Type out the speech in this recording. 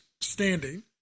standing